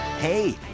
Hey